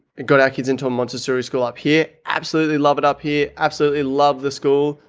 got our kids into a montessori school up here. absolutely love it up here. absolutely loved the school.